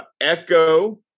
Echo